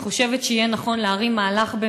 אני חושבת שיהיה נכון להרים מהלך,